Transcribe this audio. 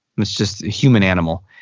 it's just human animal.